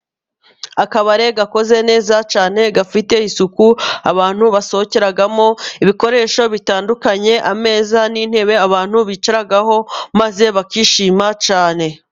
Akabari gakoze neza cyane gafite isuku abantu basohokeramo. Ibikoresho bitandukanye ameza n'intebe abantu bicaraho maze bakishima cyane.